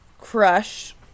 crush